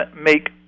make